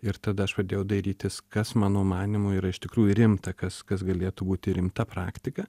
ir tada aš pradėjau dairytis kas mano manymu yra iš tikrųjų rimta kas kas galėtų būti rimta praktika